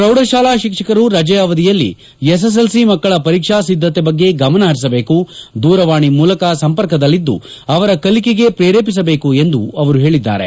ಪ್ರೌಢಶಾಲಾ ಶಿಕ್ಷಕರು ರಜೆ ಅವಧಿಯಲ್ಲಿ ಎಸ್ಎಸ್ಎಲ್ಸಿ ಮಕ್ಕಳ ಪರೀಕ್ಷಾ ಸಿದ್ದತೆ ಬಗ್ಗೆ ಗಮನ ಪರಿಸಬೇಕು ದೂರವಾಣಿ ಮೂಲಕ ಸಂಪರ್ಕದಲ್ಲಿದ್ದು ಅವರ ಕಲಿಕೆಗೆ ಪ್ರೇರೇಪಿಸಬೇಕು ಎಂದು ಅವರು ಹೇಳಿದ್ದಾರೆ